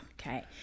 Okay